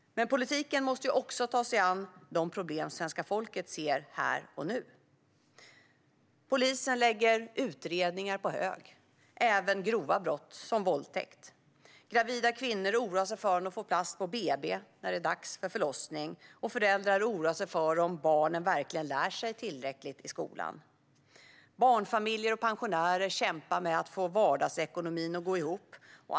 Men politiken måste också ta sig an de problem som svenska folket ser här och nu. Polisen lägger utredningar på hög, även när de gäller grova brott som våldtäkt. Gravida kvinnor oroar sig för om de får plats på BB när det är dags för förlossning. Föräldrar oroar sig för om barnen verkligen lär sig tillräckligt i skolan. Barnfamiljer och pensionärer kämpar med att få vardagsekonomin att gå ihop.